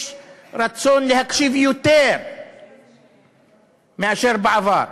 יש רצון להקשיב יותר מאשר בעבר.